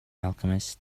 alchemist